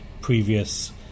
previous